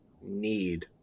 need